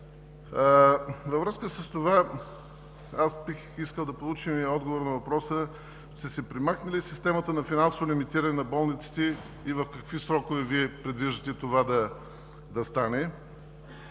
Във връзка с това бих искал да получа отговор на въпроса ще се премахне ли системата на финансово лимитиране на болниците и в какви срокове предвиждате това да стане?